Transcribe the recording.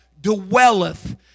dwelleth